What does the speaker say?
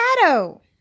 Shadow